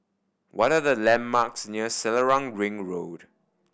what are the landmarks near Selarang Ring Road